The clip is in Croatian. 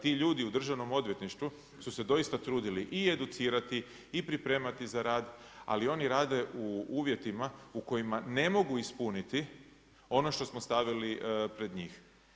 Ti ljudi u Državnom odvjetništvu su se doista trudili i educirati i pripremati za rad, ali oni rade u uvjetima u kojima ne mogu ispuniti ono što smo stavili pred njih.